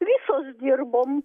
visos dirbom